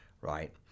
right